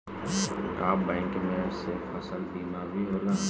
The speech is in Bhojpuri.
का बैंक में से फसल बीमा भी होला?